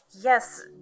Yes